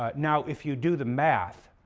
ah now, if you do the math,